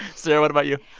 sarah, what about you?